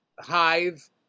Hive